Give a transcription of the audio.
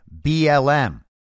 BLM